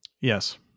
Yes